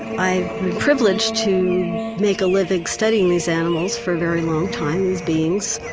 i've been privileged to make a living studying these animals for a very long time, these beings,